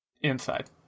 Inside